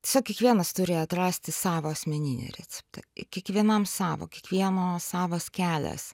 tiesiog kiekvienas turi atrasti savo asmeninį receptą kiekvienam savo kiekvieno savas kelias